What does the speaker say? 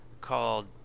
called